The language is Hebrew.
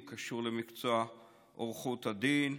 הוא קשור למקצוע עריכת הדין.